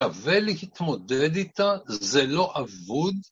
‫שווה להתמודד איתה, זה לא אבוד.